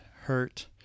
hurt